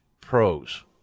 pros